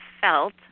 felt